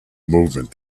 movement